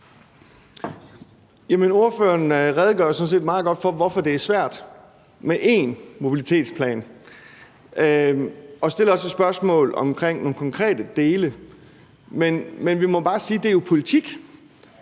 Spørgeren redegør sådan set meget godt for, hvorfor det er svært med én mobilitetsplan, og stiller også et spørgsmål om nogle konkrete dele. Men vi må bare sige, at det jo er politik.